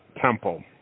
Temple